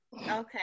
Okay